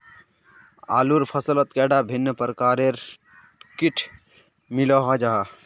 आलूर फसलोत कैडा भिन्न प्रकारेर किट मिलोहो जाहा?